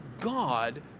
God